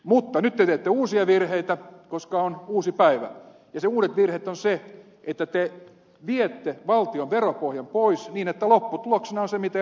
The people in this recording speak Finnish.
mutta nyt te teette uusia virheitä koska on uusi päivä ja se uusi virhe on se että te viette valtion veropohjan pois niin että lopputuloksena on se mitä ed